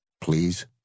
please